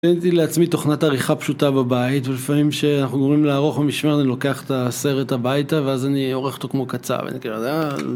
אני עשיתי לעצמי תוכנת עריכה פשוטה בבית ולפעמים שאנחנו גורמים לערוך ומשמר אני לוקח את הסרט הביתה ואז אני עורך אותו כמו קצב ואני כאילו יודע.